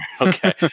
okay